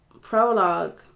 prologue